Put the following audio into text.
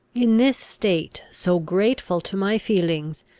in this state, so grateful to my feelings,